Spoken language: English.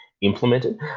implemented